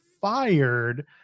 fired –